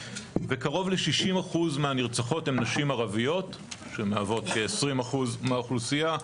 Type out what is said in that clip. וקרוב ל-60% מהנרצחות הן נשים ערביות שמהוות כ-20% מהאוכלוסייה.